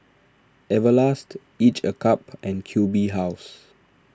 Everlast Each a cup and Q B House